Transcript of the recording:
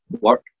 work